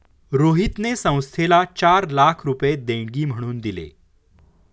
रोहितने संस्थेला चार लाख रुपये देणगी म्हणून दिले